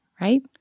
right